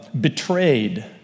betrayed